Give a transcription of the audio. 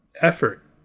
effort